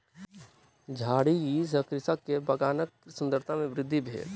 झाड़ी सॅ कृषक के बगानक सुंदरता में वृद्धि भेल